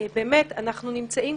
אתה,